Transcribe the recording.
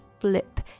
flip